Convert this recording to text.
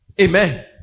Amen